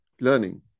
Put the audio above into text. learning